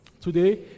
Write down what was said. Today